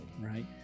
right